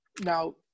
Now